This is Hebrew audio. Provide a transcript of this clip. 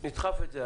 אנחנו נדחף את זה.